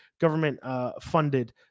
government-funded